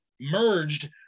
merged